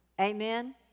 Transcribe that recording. amen